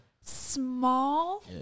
Small